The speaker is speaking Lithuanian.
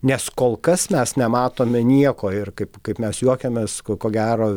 nes kol kas mes nematome nieko ir kaip kaip mes juokiamės ko ko gero